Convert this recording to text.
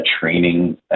training